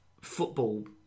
football